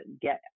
get